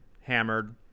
hammered